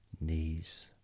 knees